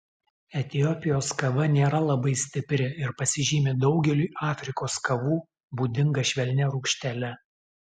etiopijos kava nėra labai stipri ir pasižymi daugeliui afrikos kavų būdinga švelnia rūgštele